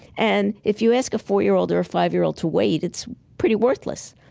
and if you ask a four-year-old or a five-year-old to wait, it's pretty worthless.